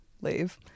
leave